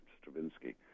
stravinsky